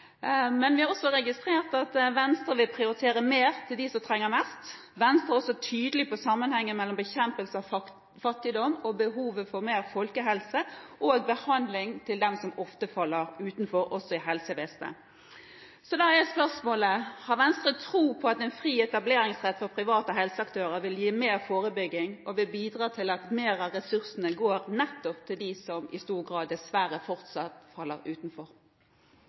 Vi har registrert at Venstre vil prioritere mer til dem som trenger det mest. Venstre er også tydelig på sammenhengen mellom bekjempelse av fattigdom og behovet for mer folkehelse og behandling til dem som ofte faller utenfor – også i helsevesenet. Da er spørsmålet: Har Venstre tro på at en fri etableringsrett for private helseaktører vil gi mer forebygging og bidra til at mer av ressursene går nettopp til dem som i stor grad, dessverre, fortsatt faller utenfor?